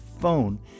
phone